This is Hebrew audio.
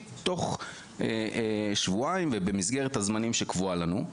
תוך שבועיים ובמסגרת הזמנים שקבועה לנו.